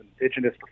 Indigenous